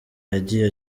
yagiye